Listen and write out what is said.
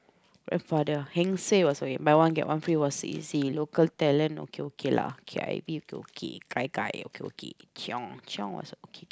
wait for the heng-suay buy one get one free was easy local talent okay okay lah K_I_V okay okay gai-gai okay okay keong keong was okay